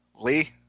Lee